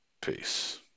Peace